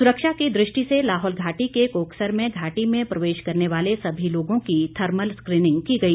सुरक्षा की दृष्टि से लाहौल घाटी के कोकसर में घाटी में प्रवेश करने वाले सभी लोगों की थर्मल स्क्रीनिंग की गई